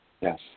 Yes